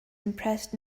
impressed